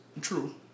True